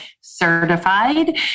certified